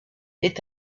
est